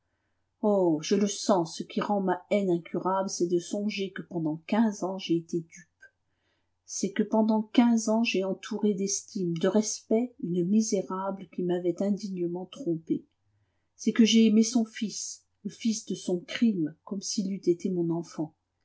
oh je le sens ce qui rend ma haine incurable c'est de songer que pendant quinze ans j'ai été dupe c'est que pendant quinze ans j'ai entouré d'estime de respect une misérable qui m'avait indignement trompé c'est que j'ai aimé son fils le fils de son crime comme s'il eût été mon enfant